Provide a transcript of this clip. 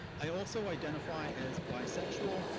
i also identify as bisexual,